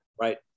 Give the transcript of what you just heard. Right